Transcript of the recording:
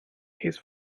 his